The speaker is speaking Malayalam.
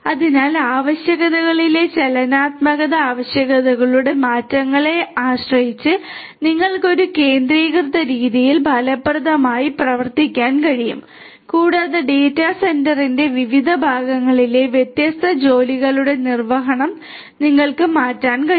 അതിനാൽ ആവശ്യകതകളിലെ ചലനാത്മക ആവശ്യകതകളുടെ മാറ്റങ്ങളെ ആശ്രയിച്ച് നിങ്ങൾക്ക് ഒരു കേന്ദ്രീകൃത രീതിയിൽ ഫലപ്രദമായി ഫലപ്രദമായി പ്രവർത്തിക്കാൻ കഴിയും കൂടാതെ ഡാറ്റാ സെന്ററിന്റെ വിവിധ ഭാഗങ്ങളിലെ വ്യത്യസ്ത ജോലികളുടെ നിർവ്വഹണം നിങ്ങൾക്ക് മാറ്റാൻ കഴിയും